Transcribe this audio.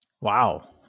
Wow